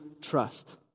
trust